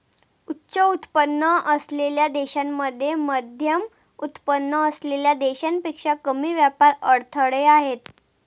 उच्च उत्पन्न असलेल्या देशांमध्ये मध्यमउत्पन्न असलेल्या देशांपेक्षा कमी व्यापार अडथळे आहेत